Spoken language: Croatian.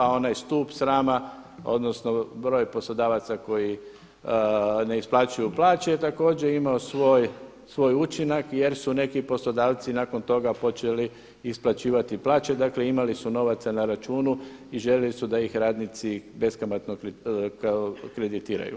A onaj stup srama odnosno broj poslodavaca koji ne isplaćuju plaće također je imao svoj učinak jer su neki poslodavci nakon toga počeli isplaćivati plaće, dakle imali su novaca na računu i željeli su da ih radnici beskamatno kreditiraju.